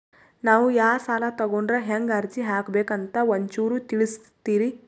ನಾವು ಯಾ ಸಾಲ ತೊಗೊಂಡ್ರ ಹೆಂಗ ಅರ್ಜಿ ಹಾಕಬೇಕು ಅಂತ ಒಂಚೂರು ತಿಳಿಸ್ತೀರಿ?